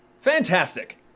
Fantastic